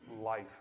life